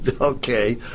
okay